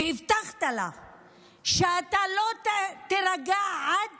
והבטחת לה שאתה לא תירגע עד